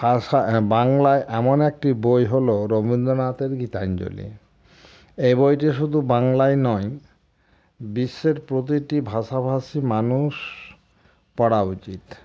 ভাষা বাংলায় এমন একটি বই হলো রবীন্দ্রনাথের গীতাঞ্জলি এই বইটি শুধু বাংলায় নয় বিশ্বের প্রতিটি ভাষা ভাষী মানুষ পড়া উচিত